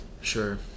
Sure